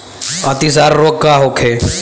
अतिसार रोग का होखे?